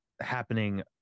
happening